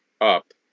up